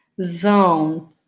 zone